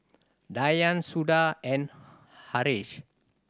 Dhyan Suda and Haresh